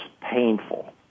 painful